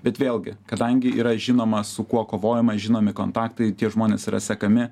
bet vėlgi kadangi yra žinoma su kuo kovojama žinomi kontaktai ir tie žmonės yra sekami